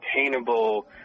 attainable